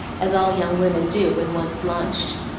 as all young women do when once launched.